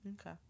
Okay